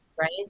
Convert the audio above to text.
Right